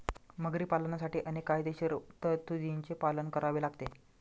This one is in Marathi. मगरी पालनासाठी अनेक कायदेशीर तरतुदींचे पालन करावे लागते